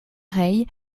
rei